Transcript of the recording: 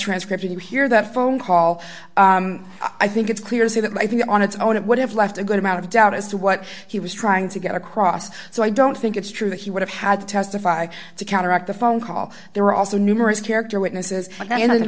transcript and you hear that phone call i think it's clear that i think on its own it would have left a good amount of doubt as to what he was trying to get across so i don't think it's true that he would have had to testify to counteract the phone call there are also numerous character witnesses and then